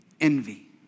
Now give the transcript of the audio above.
envy